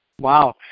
Wow